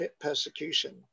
persecution